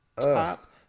Top